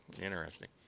Interesting